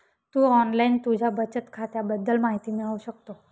तू online तुझ्या बचत खात्याबद्दल माहिती मिळवू शकतो